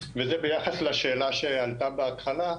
וזה ביחס לשאלה שעלתה בהתחלה.